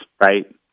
right